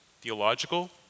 Theological